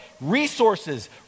resources